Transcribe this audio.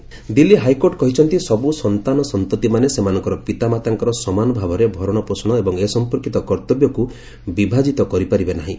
court parents Delhi high court କହିଛନ୍ତି ସବୁ ସନ୍ତାନସନ୍ତତିମାନେ ସେମାନଙ୍କର ପିତାମାତାଙ୍କର ସମାନ ଭାବରେ ଭରଣପୋଷଣ ଏବଂ ଏ ସମ୍ପର୍କୀତ କର୍ତ୍ତବ୍ୟକ୍ ବିଭାଜିତ କରିପାରିବେ ନାହିଁ